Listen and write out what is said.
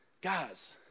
Guys